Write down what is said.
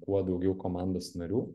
kuo daugiau komandos narių